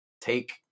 take